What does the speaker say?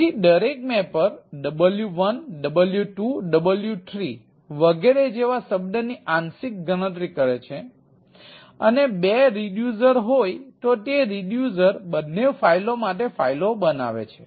તેથી દરેક mapper w1 w2 w3 વગેરે જેવા શબ્દની આંશિક ગણતરી કરે છે